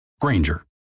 Granger